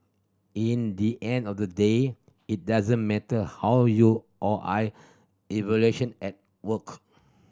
in the end of the day it doesn't matter how you or I evaluation at work